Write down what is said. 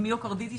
מיוקרדיטיס,